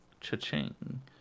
Cha-ching